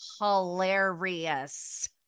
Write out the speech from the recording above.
hilarious